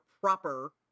proper